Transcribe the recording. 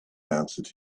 asked